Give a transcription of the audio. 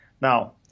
Now